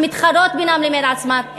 שמתחרות בינן לבין עצמן,